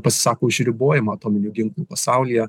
pasisako už ribojimą atominių ginklų pasaulyje